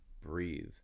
breathe